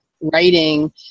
writing